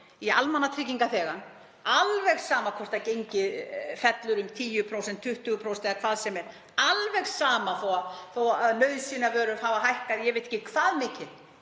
í almannatryggingaþegann, alveg sama hvort gengið fellur um 10%, 20% eða hvað sem er, alveg sama þó að nauðsynjavörur hafa hækkað um ég veit ekki hvað mikið.